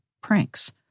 pranks